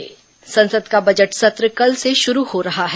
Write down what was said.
budget सत्र संसद का बजट सत्र कल से शुरू हो रहा है